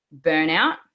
burnout